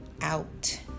Out